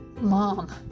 Mom